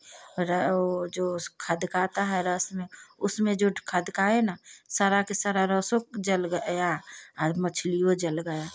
वह जो खदकाता है रस में उसमें जो खदकाए ना सारा के सारा रसो जल गया और मछलियो जल गया